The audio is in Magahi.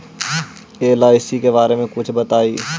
एल.आई.सी के बारे मे कुछ बताई?